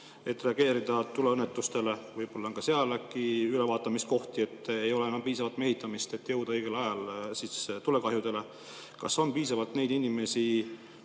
et reageerida tuleõnnetustele, on piisav? Võib-olla on ka seal ülevaatamiskohti, et ei ole enam piisavalt mehitamist, et jõuda õigel ajal tulekahjudele. Kas on piisavalt neid inimesi,